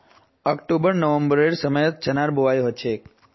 October नवंबरेर समयत चनार बुवाई हछेक